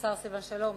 השר סילבן שלום,